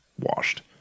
washed